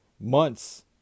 months